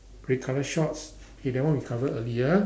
red colour shorts okay that one we covered earlier